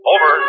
Over